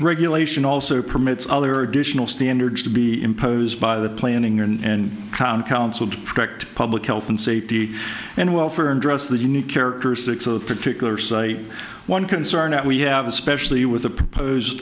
regulation also permits other additional standards to be imposed by the planning in town council to protect public health and safety and welfare and dress the unique characteristics of a particular site one concern that we have especially with the propose